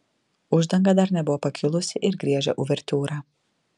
uždanga dar nebuvo pakilusi ir griežė uvertiūrą